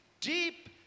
deep